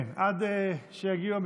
בעד, חמישה,